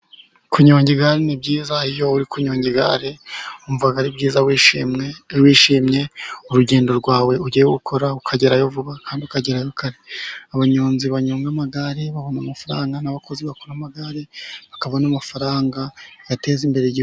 Kunyonga igare ni byiza, iyo uri kunyonga igare wumva ari byiza wishimye, wishimye urugendo rwawe ugiye gukora ukagerayo vuba kandi ukagera kare, abanyonzi banyonga amagare babona amafaranga n'abakozi bakora amagare bakabona amafaranga yateza imbere igihugu.